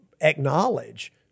acknowledge